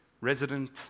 resident